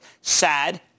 Sad